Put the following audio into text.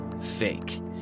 Fake